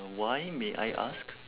why may I ask